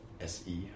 S-E